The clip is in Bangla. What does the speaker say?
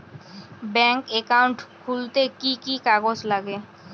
ব্যাঙ্ক একাউন্ট খুলতে কি কি কাগজ লাগে?